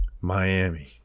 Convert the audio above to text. miami